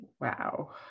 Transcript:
Wow